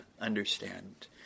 understand